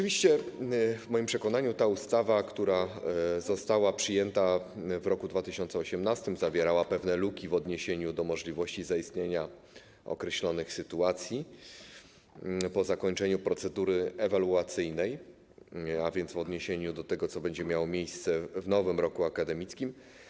W moim przekonaniu ustawa, która została przyjęta w 2018 r., zawierała pewne luki w odniesieniu do możliwości zaistnienia określonych sytuacji po zakończeniu procedury ewaluacyjnej, a więc w odniesieniu do tego, co będzie miało miejsce w nowym roku akademickim.